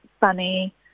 funny